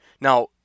Now